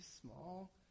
small